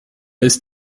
ist